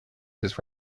his